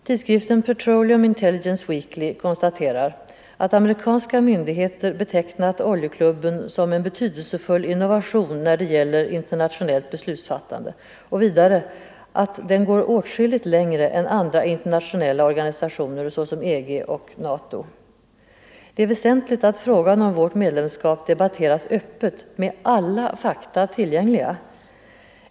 Tidskriften Petroleum Intelligence Weekly konstaterar att amerikanska myndigheter betecknat oljeklubben som en betydelsefull innovation när det gäller internationellt beslutsfattande och vidare att den går åtskilligt längre än andra internationella organisationer såsom EG och NATO. Det är väsentligt att frågan om vårt medlemskap debatteras öppet med alla fakta tillgängliga.